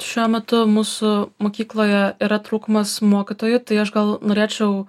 šiuo metu mūsų mokykloje yra trūkumas mokytojų tai aš gal norėčiau